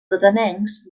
atenencs